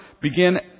begin